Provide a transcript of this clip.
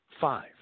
Five